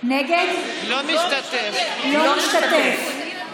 נגד רפי פרץ,